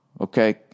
okay